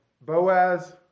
Boaz